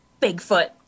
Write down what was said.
Bigfoot